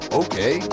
okay